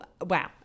Wow